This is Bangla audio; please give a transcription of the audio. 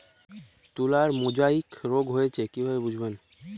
তুলার মোজাইক রোগ হয়েছে কিভাবে বুঝবো?